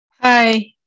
Hi